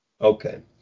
okay